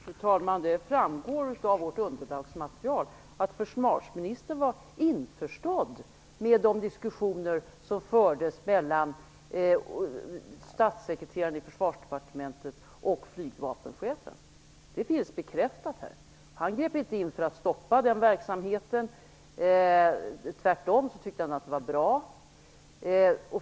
Fru talman! Det framgår av vårt underlagsmaterial att försvarsministern var införstådd med de diskussioner som fördes mellan statssekreteraren i Försvarsdepartementet och flygvapenchefen. Det finns bekräftat. Han grep inte in för att stoppa den verksamheten. Tvärtom tyckte han att den var bra.